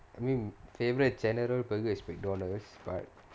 I mean favourite general burger is Mcdonald's but